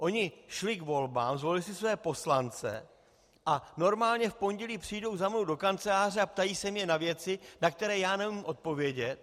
Oni šli k volbám, zvolili si své poslance a normálně v pondělí přijdou za mnou do kanceláře a ptají se mě na věci, na které já neumím odpovědět.